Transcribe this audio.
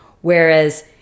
Whereas